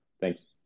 thanks